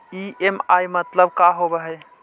EMI मतलब का होब हइ?